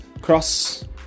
Cross